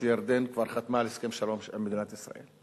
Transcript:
שירדן כבר חתמה על הסכם שלום עם מדינת ישראל,